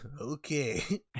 okay